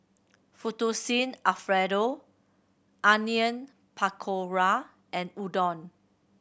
Fettuccine Alfredo Onion Pakora and Udon